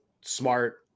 smart